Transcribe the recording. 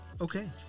Okay